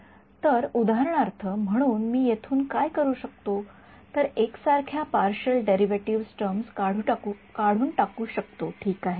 तर उदाहरणार्थ म्हणून मी येथून काय करू शकतो तर एकसारख्या पार्शिअल डेरिव्हेटिव्ह्ज टर्म काढून टाकू शकतो ठीक आहे